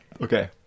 okay